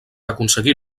aconseguir